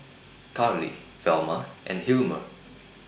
Carley Velma and Hilmer